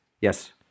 yes